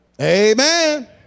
Amen